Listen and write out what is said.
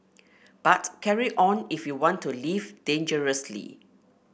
but carry on if you want to live dangerously